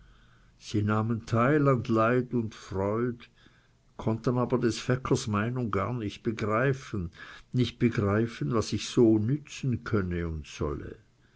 sie nahmen teil an leid und freud konnten aber des feckers meinung gar nicht begreifen was ich so nützen könne und solle